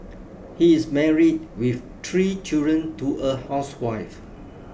he is married with three children to a housewife